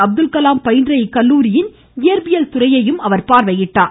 அப்துல் கலாம் பயின்ற இக்கல்லுாரியின் இயற்பியல் துறையை பார்வையிட்டார்